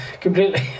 completely